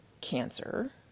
cancer